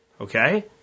Okay